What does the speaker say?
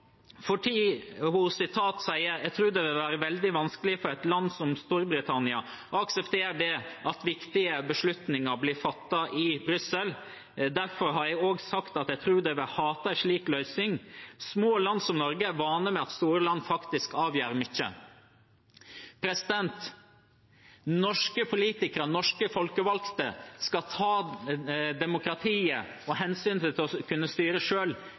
sier: Jeg tror det vil være veldig vanskelig for et land som Storbritannia å akseptere at viktige beslutninger blir fattet i Brussel. Derfor har jeg også sagt at jeg tror de vil hate en slik løsning. Små land som Norge er vant med at store land faktisk avgjør mye. Norske politikere, norske folkevalgte, skal ta demokratiet og hensynet til å kunne styre